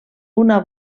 una